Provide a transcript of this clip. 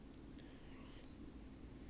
ah you see that's your fault